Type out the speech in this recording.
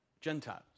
Gentiles